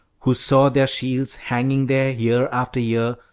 who saw their shields hanging there year after year,